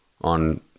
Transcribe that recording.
on